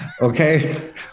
okay